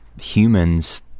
humans